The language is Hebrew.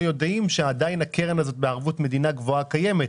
יודעים שהקרן הזאת בערבות מדינה קיימת.